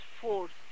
force